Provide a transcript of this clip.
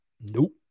nope